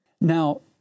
Now